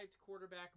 quarterback